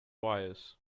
wires